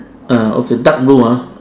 uh okay dark blue ah